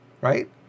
right